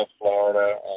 Florida